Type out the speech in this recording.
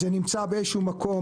זה נמצא באיזשהו מקום,